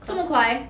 这么快